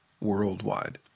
Worldwide